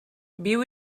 viu